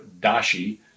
dashi